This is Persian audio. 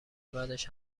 بعدش